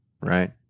right